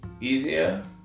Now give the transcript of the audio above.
easier